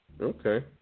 Okay